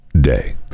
Day